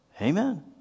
Amen